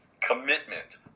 commitment